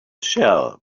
shell